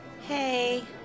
Hey